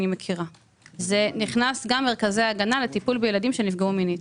מכירה אלא נכנסים לזה גם מרכזי הגנה לטיפול בילדים שנפגעו מינית.